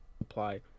apply